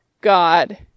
God